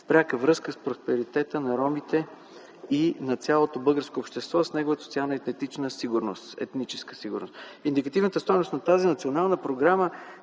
пряка връзка с просперитета на ромите и на цялото българско общество с неговата социална етническа сигурност. Индикативната стойност на тази национална програма